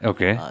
Okay